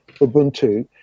Ubuntu